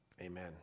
amen